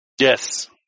Yes